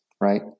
right